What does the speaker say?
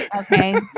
okay